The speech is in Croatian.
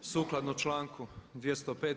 Sukladno članku 205.